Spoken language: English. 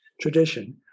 tradition